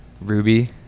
Ruby